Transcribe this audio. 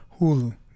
Hulu